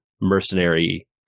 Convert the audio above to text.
mercenary